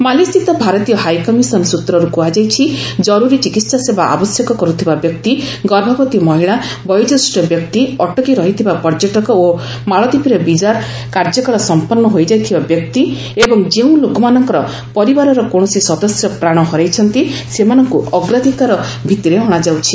ମାଲେ ସ୍ଥିତ ଭାରତୀୟ ହାଇକମିଶନ୍ ସ୍ନତ୍ରରେ କୁହାଯାଇଛି ଜରୁରି ଚିକିତ୍ସା ସେବା ଆବଶ୍ୟକ କର୍ତ୍ତିବା ବ୍ୟକ୍ତି ଗର୍ଭବତୀ ମହିଳା ବୟୋଜ୍ୟେଷ୍ଠ ବ୍ୟକ୍ତି ଅଟକି ରହିଥିବା ପର୍ଯ୍ୟଟକ ଓ ମାଳଦୀପରେ ବିଜ୍ଞାର କାର୍ଯ୍ୟକାଳ ସମ୍ପନ୍ତ ହୋଇଯାଇଥିବା ବ୍ୟକ୍ତି ଏବଂ ଯେଉଁ ଲୋକମାନଙ୍କର ପରିବାରର କୌଣସି ସଦସ୍ୟ ପ୍ରାଣ ହରାଇଛନ୍ତି ସେମାନଙ୍କୁ ଅଗ୍ରାଧିକାର ଭିତ୍ତିରେ ଅଣାଯାଉଛି